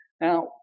Now